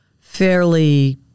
fairly